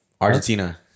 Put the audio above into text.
Argentina